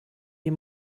die